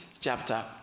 chapter